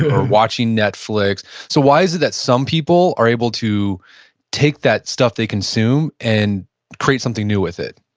or watching netflix, so why is it that some people are able to take that stuff they consume and create something new with it?